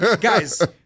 Guys